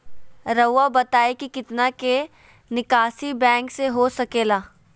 रहुआ बताइं कि कितना के निकासी बैंक से हो सके ला?